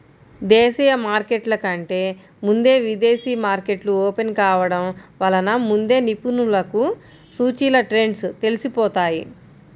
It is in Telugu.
దేశీయ మార్కెట్ల కంటే ముందే విదేశీ మార్కెట్లు ఓపెన్ కావడం వలన ముందే నిపుణులకు సూచీల ట్రెండ్స్ తెలిసిపోతాయి